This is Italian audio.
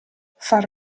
far